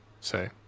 say